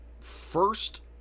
first